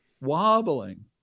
wobbling